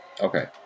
Okay